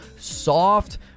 soft